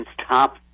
top